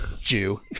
Jew